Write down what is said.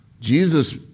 Jesus